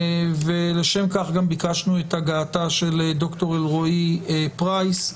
ולשם כך גם ביקשנו את הגעתה של ד"ר אלרעי פרייס.